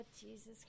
Jesus